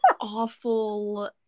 awful